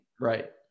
right